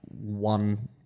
one